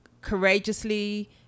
Courageously